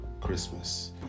christmas